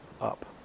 up